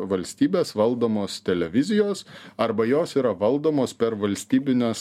valstybės valdomos televizijos arba jos yra valdomos per valstybinės